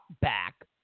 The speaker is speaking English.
back